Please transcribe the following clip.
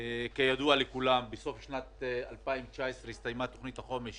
כידוע לכולם, בסוף שנת 2019 הסתיימה תוכנית החומש